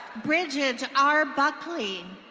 bridget r buckley.